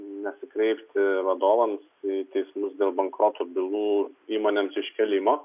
nesikreipti vadovams į teismus dėl bankroto bylų įmonėms iškėlimo